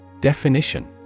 Definition